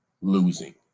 losing